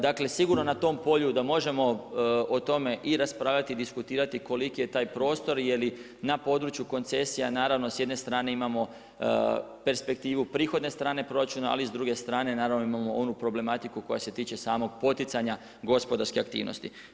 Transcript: Dakle, sigurno na tom polju da možemo o tome i raspravljati i diskutirati koliki je taj prostor, je li na području koncesija naravno sa jedne strane imamo perspektivu prihodne strane proračuna, ali s druge strane naravno imamo onu problematiku koja se tiče samog poticanja gospodarske aktivnosti.